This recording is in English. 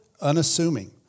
unassuming